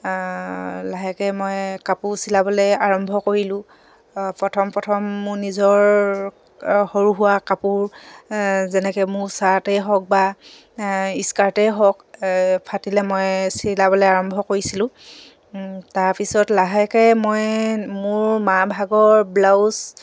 লাহেকে মই কাপোৰ চিলাবলে আৰম্ভ কৰিলোঁ প্ৰথম প্ৰথম মোৰ নিজৰ সৰু সুৰা কাপোৰ যেনেকে মোৰ চাৰ্টেই হওক বা স্কাৰ্টেই হওক ফাটিলে মই চিলাবলে আৰম্ভ কৰিছিলোঁ তাৰপিছত লাহেকে মই মোৰ মাৰ ভাগৰ ব্লাউজ